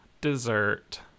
dessert